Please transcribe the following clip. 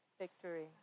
victory